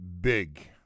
big